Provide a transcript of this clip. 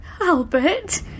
Albert